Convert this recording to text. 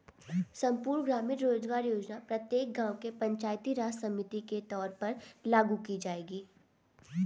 संपूर्ण ग्रामीण रोजगार योजना प्रत्येक गांव के पंचायती राज समिति के तौर पर लागू की जाएगी